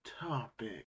topic